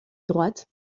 droite